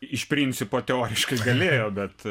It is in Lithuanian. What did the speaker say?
iš principo teoriškai galėjo bet